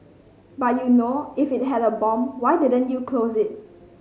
but you know if it had a bomb why didn't you close it